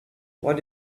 what